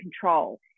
control